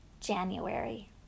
January